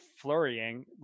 flurrying